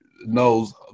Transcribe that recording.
knows